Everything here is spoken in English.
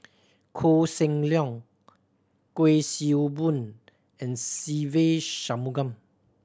Koh Seng Leong Kuik Swee Boon and Se Ve Shanmugam